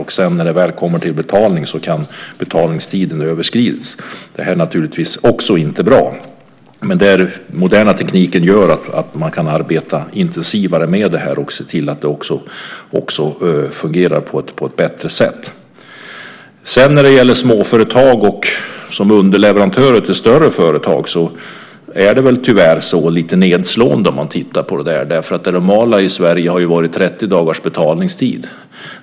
När det sedan väl kommer till betalning så kan betalningstiden ha överskridits. Det är naturligtvis inte bra. Men den moderna tekniken gör att man kan arbeta intensivare med det här och se till att det fungerar på ett bättre sätt. När det gäller småföretag som underleverantörer till större företag så är det tyvärr lite nedslående. Det normala i Sverige har varit 30 dagars betalningstid.